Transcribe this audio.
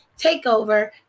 TakeOver